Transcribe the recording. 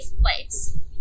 place